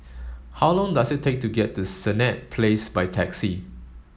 how long does it take to get to Senett Place by taxi